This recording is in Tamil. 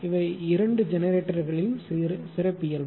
இவை இரண்டு ஜெனரேட்டர்களின் சிறப்பியல்பு